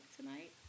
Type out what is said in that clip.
tonight